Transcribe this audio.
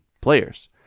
players